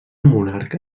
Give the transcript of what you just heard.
monarca